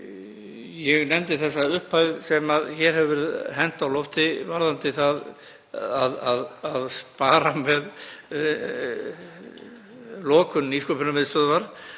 Ég nefndi þá upphæð sem hér hefur verið hent á lofti varðandi það að spara með lokun Nýsköpunarmiðstöðvar.